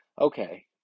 Okay